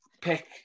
Pick